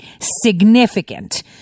significant